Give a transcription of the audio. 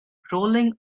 rolling